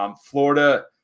Florida